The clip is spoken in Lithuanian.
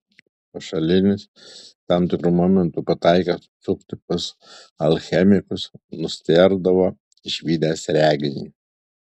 pašalinis tam tikru momentu pataikęs užsukti pas alchemikus nustėrdavo išvydęs reginį